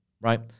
Right